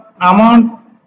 amount